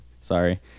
Sorry